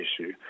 issue